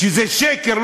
שזה שקר,